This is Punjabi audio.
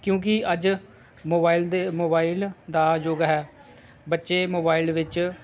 ਕਿਉਂਕਿ ਅੱਜ ਮੋਬਾਇਲ ਦੇ ਮੋਬਾਇਲ ਦਾ ਯੁੱਗ ਹੈ ਬੱਚੇ ਮੋਬਾਇਲ ਵਿੱਚ